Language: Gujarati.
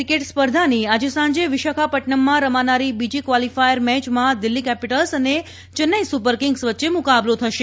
ક્રિકેટ સ્પર્ધાની આજે સાંજે વિશાખાપદૃનમમાં રમાનારી બીજી ક્વાલીફાયર મેચમાં દિલ્ફી કેપીટલ્સ અને ચેન્નાઈ સુપર કિંગ્સ વચ્ચે મુકાબલો થશે